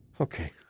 Okay